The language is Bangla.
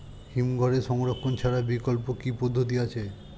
হিমঘরে সংরক্ষণ ছাড়া বিকল্প কি পদ্ধতি আছে?